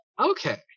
okay